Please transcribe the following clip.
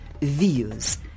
views